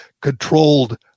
controlled